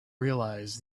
realise